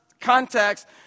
context